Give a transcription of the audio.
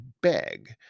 beg